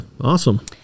awesome